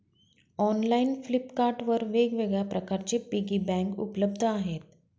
online Flipkart वर वेगवेगळ्या प्रकारचे पिगी बँक उपलब्ध आहेत